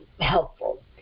helpful